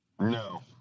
No